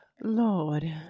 Lord